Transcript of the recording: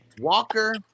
Walker